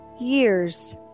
years